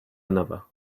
another